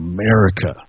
America